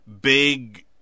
big